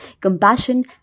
compassion